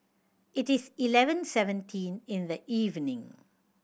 it is eleven seventeen in the evening